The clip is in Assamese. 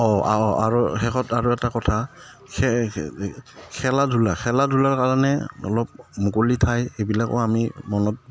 অঁ আৰু শেষত আৰু এটা কথা খেলা ধূলা খেলা ধূলাৰ কাৰণে অলপ মুকলি ঠাই এইবিলাকো আমি মনত